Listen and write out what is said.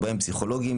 ובהם פסיכולוגים,